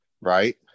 Right